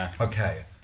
Okay